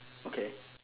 okay